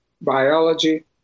biology